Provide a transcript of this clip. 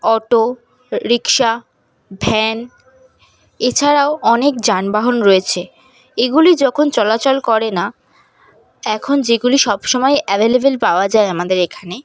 auto rickshaw van এছাড়াও অনেক যানবাহন রয়েছে এগুলি যখন চলাচল করে না এখন যেগুলি সব সময় অ্যাভেলেবেল পাওয়া যায় আমাদের এখানে